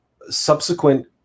subsequent